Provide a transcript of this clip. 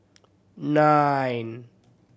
nine